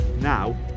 now